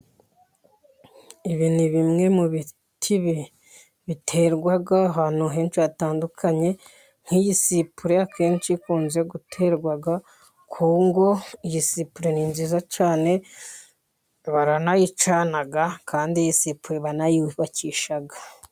Ibi ni bimwe mu biti biterwa ahantu henshi hatandukanye, nk'iyi sipure akenshi ikunze guterwa ku ngo, iyi sipure ni nziza cyane baranayicana kandi it isipure baranayubakisha.